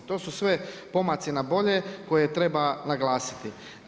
To su sve pomaci na bolje koje treba naglasiti.